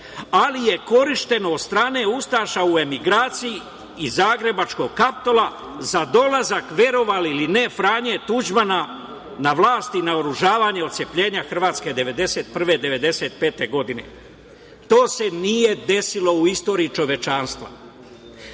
ali je korišćeno od strane ustaša u emigraciji i zagrebačkog Kaptola za dolazak, verovali ili ne, Franje Tuđmana na vlast i naoružavanje otcepljenja Hrvatske 1991-1995. godine. To se nije desilo u istoriji čovečanstva. Ferdinand